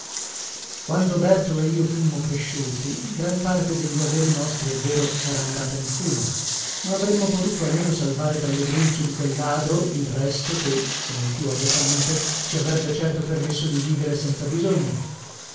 berto e io fummo cresciuti gran parte degli averi nostri è vero era andata in fumo ma avremmo potuto almeno salvare dalle grinfie di quel ladro il resto che se non più agiatamente ci avrebbe certo permesso di vivere senza bisogni